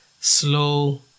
slow